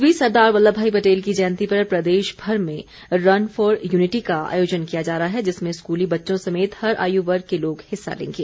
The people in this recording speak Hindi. इस बीच सरदार वल्लभ भाई पटेल की जयंती पर प्रदेश भर में आज रन फॉर यूनिटी का आयोजन किया जा रहा है जिसमें स्कूली बच्चों समेत हर आयु वर्ग के लोग हिस्सा लेंगे